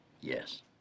Yes